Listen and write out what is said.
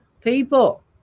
people